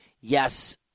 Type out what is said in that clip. Yes